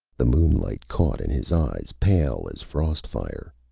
the moonlight caught in his eyes, pale as frost-fire.